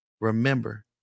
remember